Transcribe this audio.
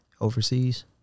overseas